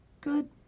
good